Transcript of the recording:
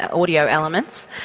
ah audio elements,